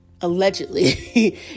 allegedly